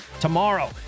tomorrow